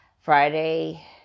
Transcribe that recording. Friday